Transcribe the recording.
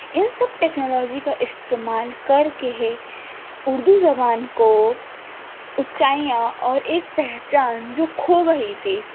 ان سب ٹیکنالوجی کا استعمال کر کے اردو زبان کو اونچائیاں اور ایک پہچان جو کھو گئی تھی